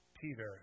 Peter